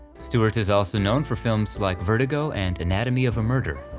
stewart is also known for films like vertigo and anatomy of a murder.